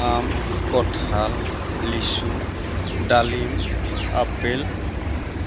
আম কঁঠাল লিচু ডালিম আপেল